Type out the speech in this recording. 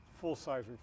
full-size